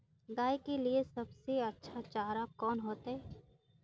गाय के लिए सबसे अच्छा चारा कौन होते?